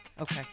Okay